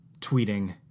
tweeting